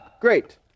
Great